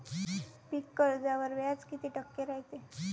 पीक कर्जावर व्याज किती टक्के रायते?